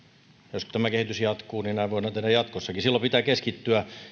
jos tämä kehitys jatkuu niin näin voidaan tehdä jatkossakin silloin pitää keskittyä